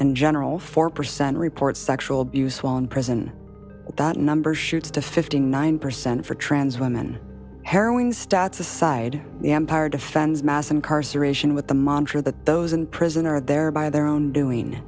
in general four percent report sexual abuse while in prison that number shoots to fifty nine percent for trans women harrowing stats aside the empire defends mass incarceration with the monster that those in prison are there by their own doing